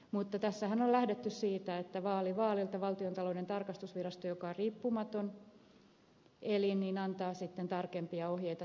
mutta tässähän on lähdetty siitä että vaali vaalilta valtiontalouden tarkastusvirasto joka on riippumaton elin antaa sitten tarkempia ohjeita tämän kaltaisissa kysymyksissä